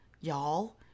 y'all